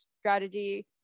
strategy